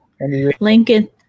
Lincoln